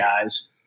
guys